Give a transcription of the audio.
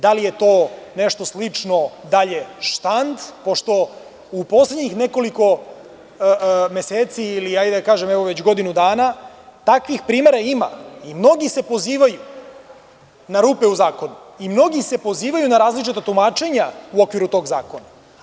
Da li je to nešto slično dalje štand, pošto u poslednjih nekoliko meseci, ili da kažem, već godinu dana, takvih primera ima i mnogi se pozivaju na rupe u zakonu, i mnogi se pozivaju na različita tumačenja u okviru tog zakona.